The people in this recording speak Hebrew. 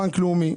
בנק לאומי.